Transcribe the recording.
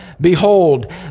Behold